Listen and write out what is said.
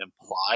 implied